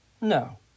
No